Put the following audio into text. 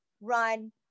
run